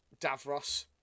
Davros